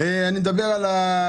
אני רוצה לדבר על הרבש"צים.